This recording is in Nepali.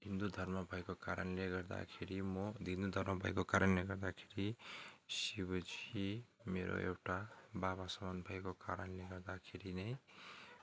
हिन्दू धर्म भएको कारणले गर्दाखेरि म हिन्दू धर्म भएको कारणलेले गर्दाखेरि शिवजी मेरो एउटा बाबा समान भएको कारणले गर्दाखेरि नै